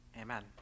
amen